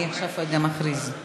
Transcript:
התשע"ז 2017, נתקבל.